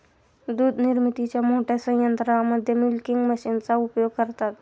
दूध निर्मितीच्या मोठ्या संयंत्रांमध्ये मिल्किंग मशीनचा उपयोग करतात